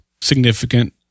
significant